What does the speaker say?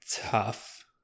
tough